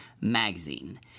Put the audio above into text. magazine